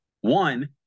One